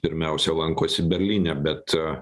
pirmiausia lankosi berlyne bet